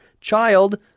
child